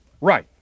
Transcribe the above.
Right